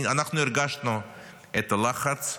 הרגשנו את הלחץ.